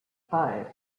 five